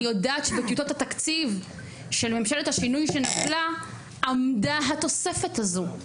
אני יודעת שבטיוטות התקציב של ממשלת השינוי שנפלה עמדה התוספת הזו,